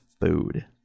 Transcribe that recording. food